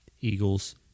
Eagles